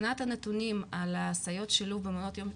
מבחינת הנתונים על הסייעות שילוב במעונות יום,